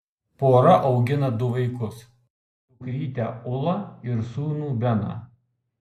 pora augina du vaikus dukrytę ulą ir sūnų beną